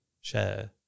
share